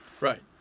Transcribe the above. Right